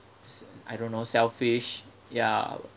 s~ I don't know selfish ya